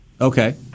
Okay